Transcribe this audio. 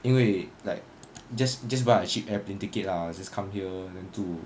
因为 like just just buy a cheap airplane ticket lah just come here then 住